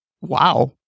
Wow